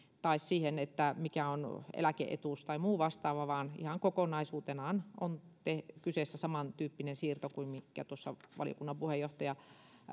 tai siihen mikä on eläke etuus tai muu vastaava vaan ihan kokonaisuutenaan on kyseessä samantyyppinen siirto kuin minkä tuossa valiokunnan puheenjohtaja